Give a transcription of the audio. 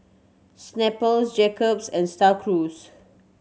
Snapple Jacob's and Star Cruise